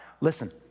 Listen